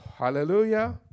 Hallelujah